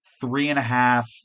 three-and-a-half